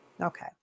Okay